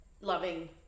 loving